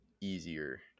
easier